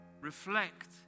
Reflect